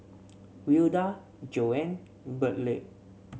Wilda Joan Burleigh